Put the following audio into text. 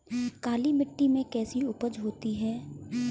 काली मिट्टी में कैसी उपज होती है?